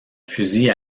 fusil